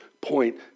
point